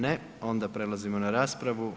Ne, onda prelazimo na raspravu.